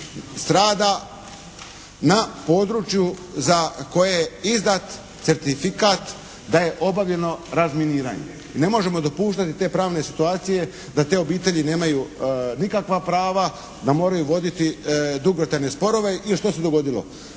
strada na području za koje je izdat certifikat da je obavljeno razminiranje i ne možemo dopuštati te pravne situacije da te obitelji nemaju nikakva prava, da moraju voditi dugotrajne sporove i što se dogodilo?